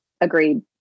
Agreed